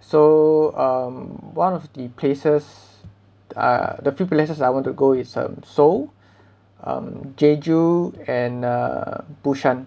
so um one of the places uh the few places I want to go is um seoul um jeju and uh busan